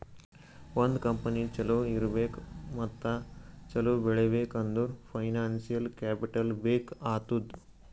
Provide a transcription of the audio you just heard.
ಒಂದ್ ಕಂಪನಿ ಛಲೋ ಇರ್ಬೇಕ್ ಮತ್ತ ಛಲೋ ಬೆಳೀಬೇಕ್ ಅಂದುರ್ ಫೈನಾನ್ಸಿಯಲ್ ಕ್ಯಾಪಿಟಲ್ ಬೇಕ್ ಆತ್ತುದ್